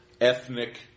ethnic